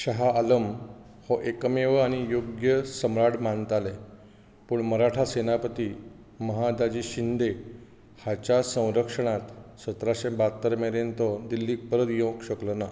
शाह आलम हो एकमेव आनी योग्य सम्राट मानताले पूण मराठा सेनापती महादाजी शिंदे हाच्या संरक्षणांत सतराशे ब्यात्तर मेरेन तो दिल्लीक परत येवंक शकलो ना